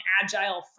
agile